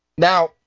Now